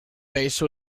base